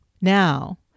Now